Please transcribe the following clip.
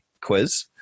quiz